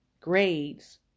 grades